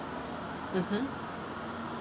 mmhmm